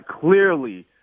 clearly –